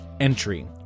entry